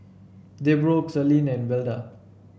Debroah Celine and Velda